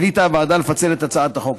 החליטה הוועדה לפצל את הצעת החוק.